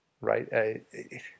right